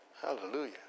Hallelujah